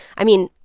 i mean,